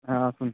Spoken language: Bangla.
হ্যাঁ আসুন